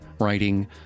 Writing